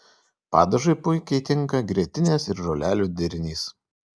padažui puikiai tinka grietinės ir žolelių derinys